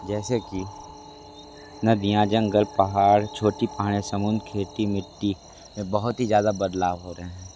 जैसे कि नदिया जंगल पहाड़ छोटी पहाड़ें समुद्र खेती मिट्टी में बहुत ही ज़्यादा बदलाव हो रहे हैं